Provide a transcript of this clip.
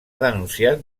denunciat